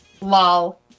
lol